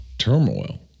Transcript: turmoil